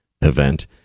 event